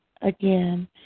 again